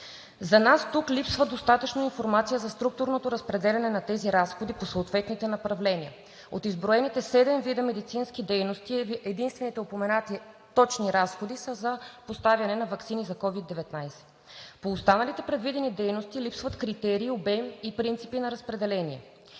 За нас тук липсва достатъчно информация за структурното разпределяне на тези разходи по съответните направления. От изброените седем вида медицински дейности единствено упоменатите точни разходи са за поставяне на ваксини за COVID-19. По останалите предвидени дейности липсват критерии, обем и принципи на разпределение.